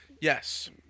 Yes